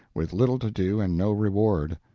with little to do and no reward.